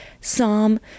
Psalm